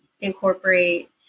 incorporate